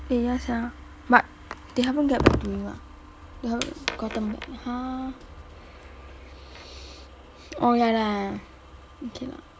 eh ya sia but they haven't get back to you ah they haven't gotten back !huh! oh ya lah okay lah